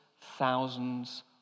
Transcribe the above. thousands